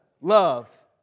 love